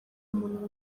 muntu